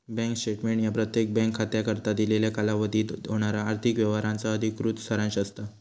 bank statement ह्या प्रत्येक bank खात्याकरता दिलेल्या कालावधीत होणारा आर्थिक व्यवहारांचा अधिकृत सारांश असता